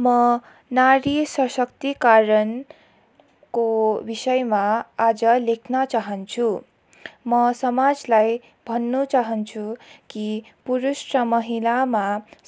म नारी सशक्तिकरणको विषयमा आज लेख्न चाहन्छु म समाजलाई भन्नु चाहन्छु कि पुरुष र महिलामा